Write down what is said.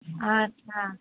আচ্ছা